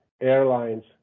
airlines